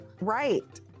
Right